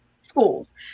schools